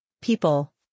People